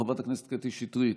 חברת הכנסת קטי שטרית,